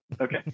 Okay